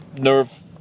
nerve